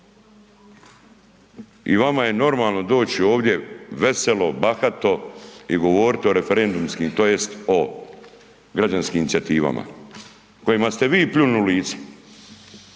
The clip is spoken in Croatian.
i vama je normalno doći ovdje veselo, bahato i govoriti o referendumskim tj. o građanskim inicijativama, kojima ste vi pljunuli u